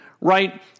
right